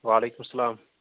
وعلیکُم اسلام